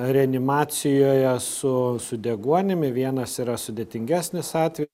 reanimacijoje su su deguonimi vienas yra sudėtingesnis atve